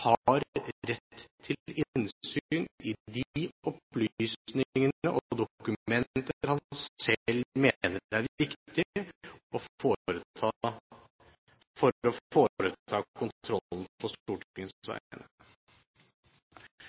har rett til innsyn i de opplysningene og dokumenter han selv mener er viktige for å foreta kontrollen på Stortingets